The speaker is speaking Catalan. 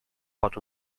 pot